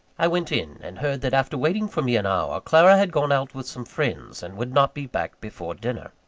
i went in and heard that, after waiting for me an hour, clara had gone out with some friends, and would not be back before dinner.